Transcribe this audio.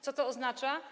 Co to oznacza?